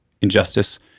injustice